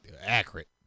accurate